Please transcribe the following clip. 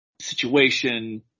situation